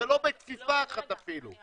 זה לא בכפיפה אחת אפילו.